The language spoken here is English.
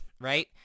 Right